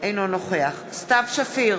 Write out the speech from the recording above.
אינו נכוח סתיו שפיר,